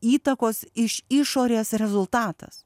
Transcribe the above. įtakos iš išorės rezultatas